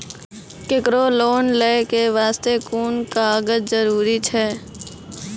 केकरो लोन लै के बास्ते कुन कागज जरूरी छै?